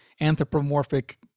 anthropomorphic